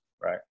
Right